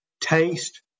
taste